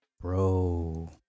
Bro